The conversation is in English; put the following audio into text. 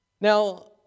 Now